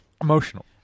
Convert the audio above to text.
emotional